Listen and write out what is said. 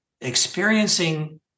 experiencing